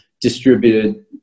distributed